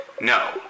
no